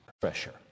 pressure